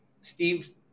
Steve